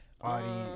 Audience